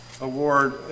award